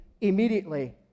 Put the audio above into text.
immediately